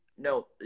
no